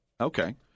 Okay